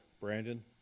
Brandon